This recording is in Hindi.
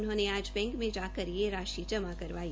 उन्होंने आज बैंक में जाकर यह राशि जमा करवाई